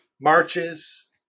marches